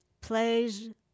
plays